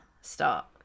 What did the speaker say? start